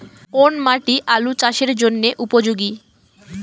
কোন মাটি আলু চাষের জন্যে উপযোগী?